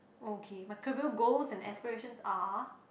okay but career goals and aspirations are